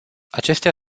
acestea